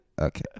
okay